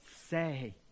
say